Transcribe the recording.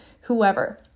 whoever